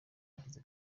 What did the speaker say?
yagize